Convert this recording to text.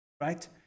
right